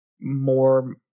more